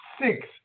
Six